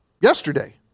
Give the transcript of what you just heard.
yesterday